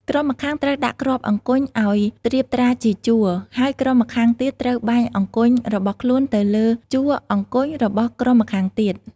ក្រុមម្ខាងត្រូវដាក់គ្រាប់អង្គញ់ឲ្យត្រៀបត្រាជាជួរ ហើយក្រុមម្ខាងទៀតត្រូវបាញ់អង្គញ់របស់ខ្លួនទៅលើជួរអង្គញ់របស់ក្រុមម្ខាងទៀត។